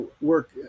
work